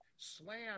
slam